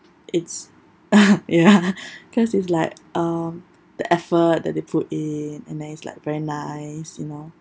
it's ya cause it's like um the effort that they put in and then it's like very nice you know